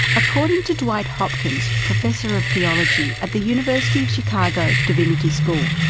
according to dwight hopkins, professor of theology at the university of chicago divinity school,